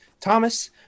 Thomas